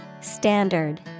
Standard